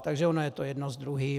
Takže ono je to jedno s druhým.